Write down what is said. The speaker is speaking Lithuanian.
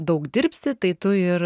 daug dirbsi tai tu ir